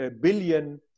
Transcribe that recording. billion